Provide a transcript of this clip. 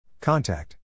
Contact